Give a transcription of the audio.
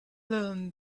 learn